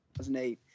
2008